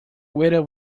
waited